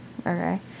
okay